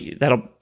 That'll